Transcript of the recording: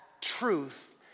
truth